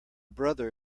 brother